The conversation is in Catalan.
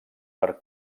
per